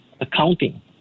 accounting